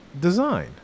design